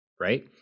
right